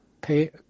pay